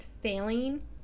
failing